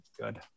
good